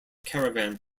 caravan